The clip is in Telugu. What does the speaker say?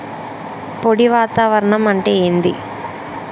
పొడి వాతావరణం అంటే ఏంది?